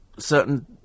certain